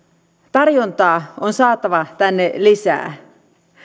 tarjontaa on saatava tänne lisää